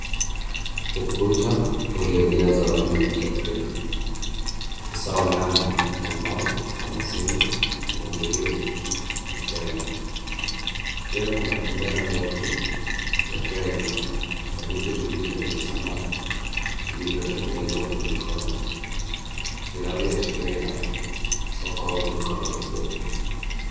Ukuta uliojaa zawadi za Kiafrika. Hasa wanyama, ambao kama simba, pundamilia imetengwa. Pia kuna bendera ndogo za Kenya na vitu vingine vya salaa vilivyo tengenezwa kwa mikono vinavyo ashiria soko au duka la ubuni.